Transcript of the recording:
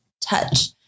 touch